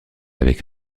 avec